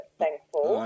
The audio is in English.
thankful